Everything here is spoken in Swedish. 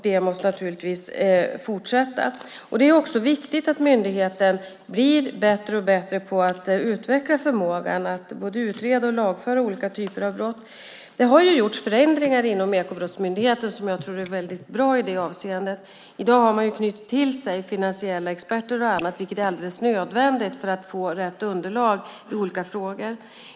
Den måste naturligtvis fortsätta. Det är också viktigt att myndigheten blir bättre och bättre på att utveckla förmågan att både utreda och lagföra olika typer av brott. Det har gjorts förändringar inom Ekobrottsmyndigheten som jag tror är bra i det avseendet. I dag har man knutit till sig finansiella experter och annat, vilket är alldeles nödvändigt för att få rätt underlag i olika frågor.